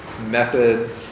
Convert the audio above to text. methods